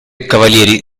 cavalieri